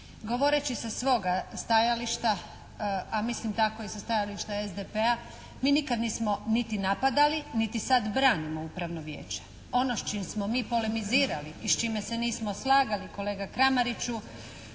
Govoreći sa svoga stajališta, a mislim tako i sa stajališta SDP-a, mi nikada nismo niti napadali niti sad branimo upravno vijeće. Ono s čim smo mi polemizirali i s čime se nismo slagali kolega Kramariću